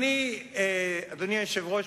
אדוני היושב-ראש,